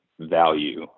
value